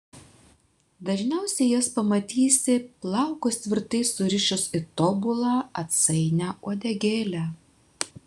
dažniausiai jas pamatysi plaukus tvirtai surišus į tobulą atsainią uodegėlę